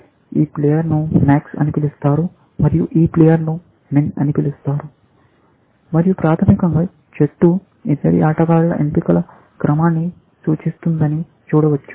సాధారణంగా ఈ ప్లేయర్ను మాక్స్ అని పిలుస్తారు మరియు ఈ ప్లేయర్ను మిన్ అని పిలుస్తారు మరియు ప్రాథమికంగా చెట్టు ఇద్దరి ఆటగాళ్ల ఎంపికల క్రమాన్ని సూచిస్తుందని చూడవచ్చు